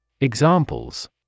Examples